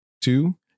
Two